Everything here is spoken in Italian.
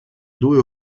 due